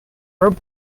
rope